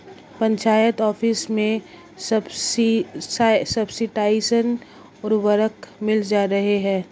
panchayat office में subsidised उर्वरक मिल रहे हैं